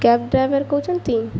cab driver କହୁଛନ୍ତି